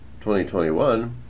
2021